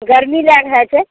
गर्मी लए कऽ हइ छै